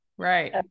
Right